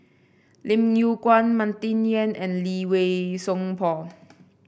Lim Yew Kuan Martin Yan and Lee Wei Song Paul